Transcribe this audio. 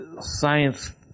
science